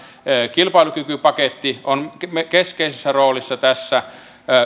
kilpailukykypaketti on keskeisessä roolissa tässä